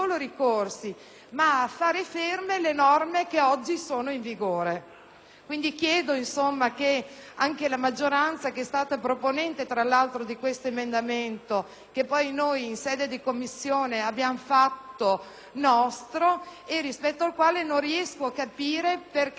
Quindi, chiedo che anche la maggioranza, che tra l'altro è stata proponente di tale emendamento, che poi noi in sede di Commissione abbiamo fatto nostro e rispetto al quale non riesco a capire perché ci sia una valutazione negativa da parte della Commissione bilancio,